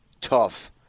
tough